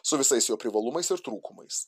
su visais jo privalumais ir trūkumais